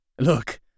Look